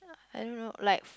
I don't know like